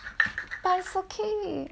but it's okay